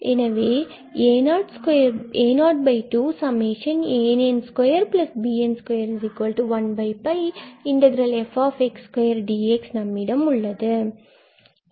எனவே a02 an2bn21 f2 dxநம்மிடம் உள்ளது